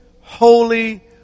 holy